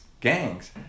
gangs